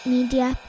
Media